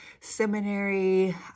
Seminary